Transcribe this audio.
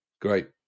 Great